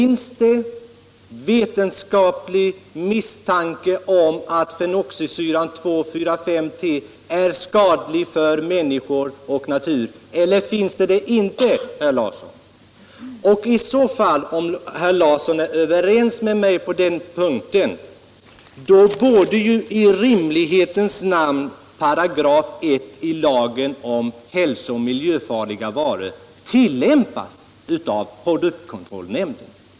Finns det någon vetenskaplig misstanke om att fenoxisyran 2,4,5-T är skadlig för människor och natur eller finns det inte? Om herr Larsson är överens med mig, då borde i rimlighetens namn 15§ lagen om hälso och miljöfarliga varor tillämpas av produktkontrollnämnden.